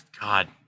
God